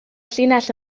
llinell